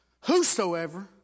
whosoever